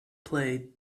play